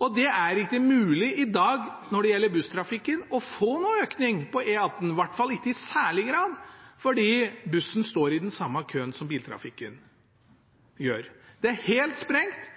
og det er ikke mulig i dag når det gjelder busstrafikken, å få noe økning på E18, i hvert fall ikke i særlig grad, fordi bussen står i den samme køen som biltrafikken gjør. Det er helt sprengt.